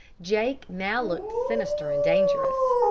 jake now looked sinister and dangerous.